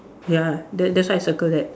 ya that that's why I circle that